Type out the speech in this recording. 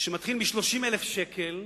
שמתחיל מ-30,000 שקלים,